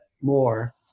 more